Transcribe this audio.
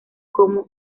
cómo